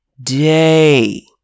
day